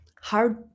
hard